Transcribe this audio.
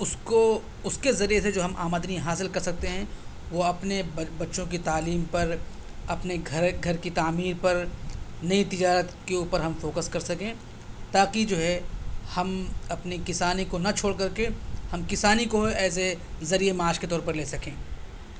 اُس کو اُس کے ذریعہ سے جو ہم آمدنی حاصل کر سکتے ہیں وہ اپنے بچوں کی تعلیم پر اپنے گھر گھر کی تعمیر پر نئی تجارت کے اوپر ہم فوکس کر سکیں تا کہ جو ہے ہم اپنے کسانی کو نہ چھوڑ کر کے ہم کسانی کو ایز اے ذریعۂِ معاش کے طور پر لے سکیں